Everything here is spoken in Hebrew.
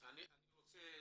אני רוצה